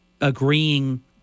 agreeing